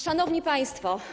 Szanowni Państwo!